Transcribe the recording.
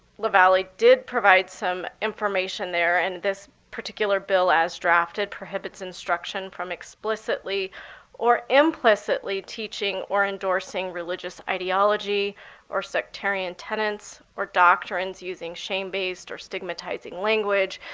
lavalley did provide some information there. and this particular bill, as drafted, prohibits instruction from explicitly or implicitly teaching or endorsing religious ideology or sectarian tenants or doctrines using shame-based or stigmatizing language,